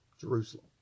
Jerusalem